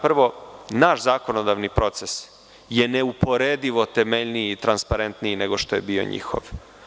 Prvo, naš zakonodavni proces je neuporedivo temeljniji i transparentniji nego što je bio njihov.